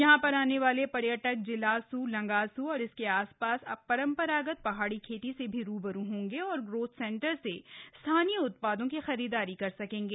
यहां र आने वाले र्यटक जिलासू लंगासू और इसके आस ास रम् रागत हाड़ी खेती से भी रूबरू होंगे और ग्रोथ सेंटर से स्थानीय उत्पादों की खरीदारी कर सकेंगे